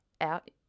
out